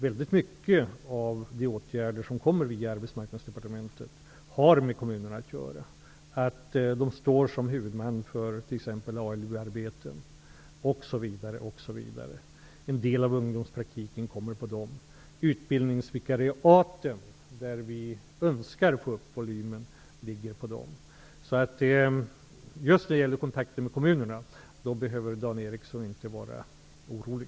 Väldigt många åtgärder som kommer via Arbetsmarknadsdepartementet har med kommunerna att göra, och de står som huvudman för t.ex. ALU-arbeten. Det gäller också en del av ungdomspraktiken och utbildningsvikariaten -- där vi önskar en ökad volym. När det gäller kontakterna med kommunerna behöver Dan Ericsson alltså inte vara orolig.